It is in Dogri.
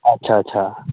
अच्छा अच्छा